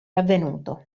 avvenuto